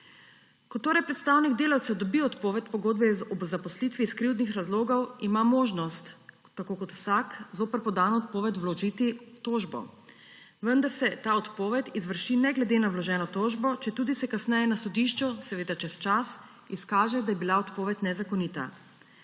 Ko torej predstavnik delavcev dobi odpoved pogodbe o zaposlitvi iz krivdnih razlogov, ima možnost, tako kot vsak, zoper podano odpoved vložiti tožbo, vendar se ta odpoved izvrši ne glede na vloženo tožbo, četudi se kasneje na sodišču – seveda čez čas – izkaže, da je bila odpoved nezakonita.